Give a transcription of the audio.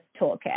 toolkit